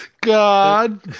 God